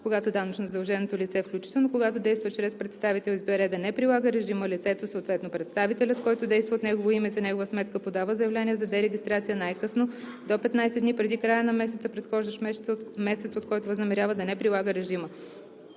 Когато данъчно задълженото лице, включително когато действа чрез представител, избере да не прилага режима, лицето, съответно представителят, който действа от негово име и за негова сметка, подава заявление за дерегистрация най-късно до 15 дни преди края на месеца, предхождащ месеца, от който възнамерява да не прилага режима.